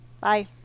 Bye